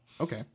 Okay